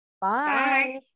Bye